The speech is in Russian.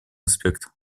аспект